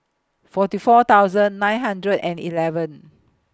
forty four thousand nine hundred and eleven